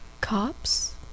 Cops